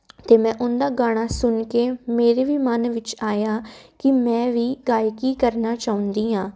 ਤੇ ਮੈਂ ਉਹਨਾਂ ਗਾਣਾ ਸੁਣ ਕੇ ਮੇਰੇ ਵੀ ਮਨ ਵਿੱਚ ਆਇਆ ਕਿ ਮੈਂ ਵੀ ਗਾਇਕੀ ਕਰਨਾ ਚਾਹੁੰਦੀ ਆਂ